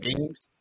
games